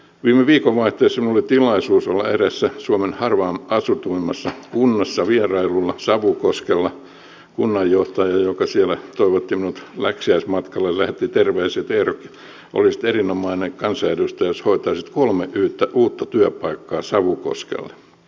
viime viikonvaihteessa minulla oli tilaisuus olla vierailulla eräässä suomen harvimmin asutuista kunnista savukoskella ja kunnanjohtaja joka siellä toivotti minut läksiäismatkalle lähetti terveisiä että eero olisit erinomainen kansanedustaja jos hoitaisit kolme uutta työpaikkaa savukoskelle